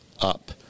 up